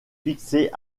fixé